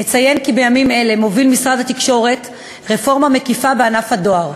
אציין כי בימים אלה מוביל משרד התקשורת רפורמה מקיפה בענף הדואר,